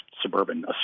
suburban